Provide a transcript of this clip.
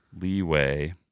Leeway